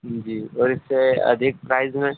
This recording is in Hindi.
जी और इससे अधिक प्राइज़ में